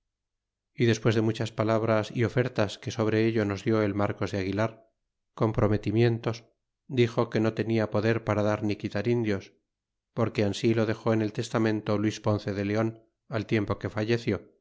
y despues de muchas palabras y ofertas que sobre ello nos di el marcos de aguilar con prometimientos dixo que no tenia poder para dar ni quitar indios porque ansi lo dexó en el testamento luis ponce de leon al tiempo que falleció